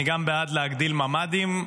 אני גם בעד להגדיל ממ"דים,